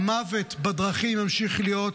המוות בדרכים ימשיך להיות,